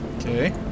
Okay